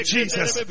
Jesus